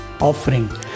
offering